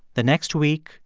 the next week,